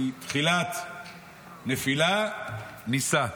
כי תחילת נפילה ניסה.